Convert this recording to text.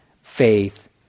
faith